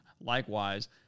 Likewise